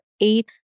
eight